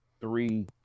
three